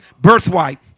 Birthright